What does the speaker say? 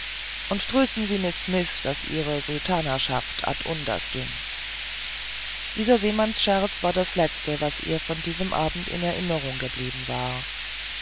und trösten sie miß smith weil ihre sultanaschaft ad undas ging dieser seemannsscherz war das letzte was ihr von diesem abend in erinnerung geblieben war